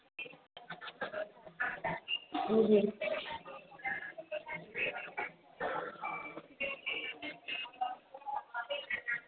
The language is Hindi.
जी